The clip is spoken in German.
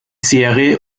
serie